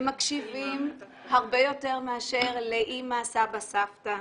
הם מקשיבים הרבה יותר מאשר לאימא, סבא, סבתא.